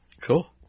cool